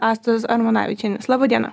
astos armanavičienės laba diena